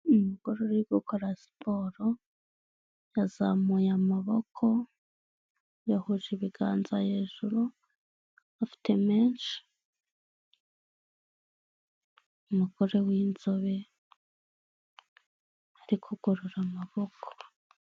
Umugore uri gukora siporo yazamuye amaboko yahuje ibiganza hejuru afite menshi, umugore w'inzobe ari kugorora amaboko.